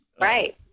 Right